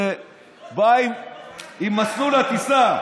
זה בא עם מסלול הטיסה.